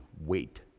WAIT